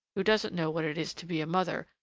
who doesn't know what it is to be a mother,